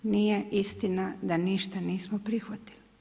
Nije istina da ništa nismo prihvatili.